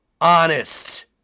honest